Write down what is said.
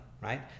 right